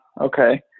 okay